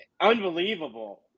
Unbelievable